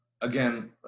again